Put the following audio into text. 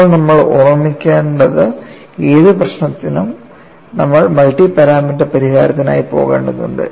ഇപ്പോൾ നമ്മൾ ഓർമ്മിക്കേണ്ടത് ഏത് പ്രശ്നത്തിനും നമ്മൾ മൾട്ടി പാരാമീറ്റർ പരിഹാരത്തിനായി പോകേണ്ടതുണ്ട്